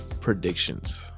Predictions